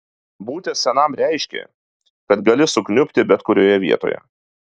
būti senam reiškė kad gali sukniubti bet kurioje vietoje